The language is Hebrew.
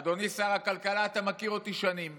אדוני שר הכלכלה, אתה מכיר אותי שנים.